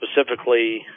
specifically